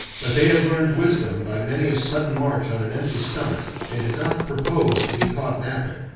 but they had learned wisdom by many a sudden march on an empty stomach and did not propose to be caught napping.